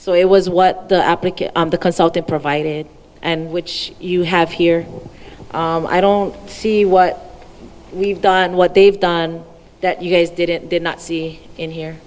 so it was what the applicant the consultant provided and which you have here i don't see what we've done what they've done that you guys did it did not see in here